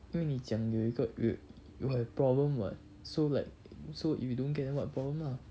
因为你讲有一个 yo~ you have problem [what] so like so if you don't get no a problem lah